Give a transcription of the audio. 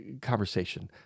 conversation